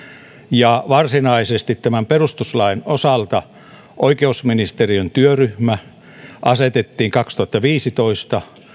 ja varsinaisesti perustuslain osalta oikeusministeriön työryhmä asetettiin kaksituhattaviisitoista